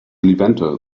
levanter